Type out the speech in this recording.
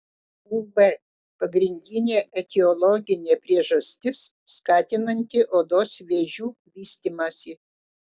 uv pagrindinė etiologinė priežastis skatinanti odos vėžių vystymąsi